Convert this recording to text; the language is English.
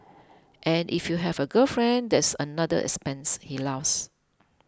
and if you have a girlfriend that's another expense he laughs